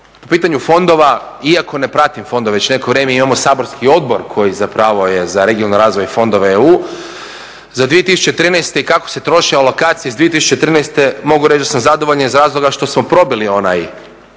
po pitanju fondova, iako ne pratim fondove već neko vrijeme, imamo saborski odbor koji zapravo je za regionalni razvoj i fondove EU za 2013. i kako se trošila alokacija iz 2013. mogu reći da sam zadovoljan iz razloga što smo probili ono